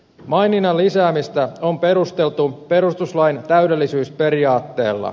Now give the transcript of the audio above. maininnan lisäämistä on perusteltu perustuslain täydellisyysperiaatteella